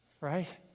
right